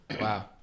Wow